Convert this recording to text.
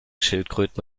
schildkröten